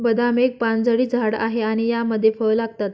बदाम एक पानझडी झाड आहे आणि यामध्ये फळ लागतात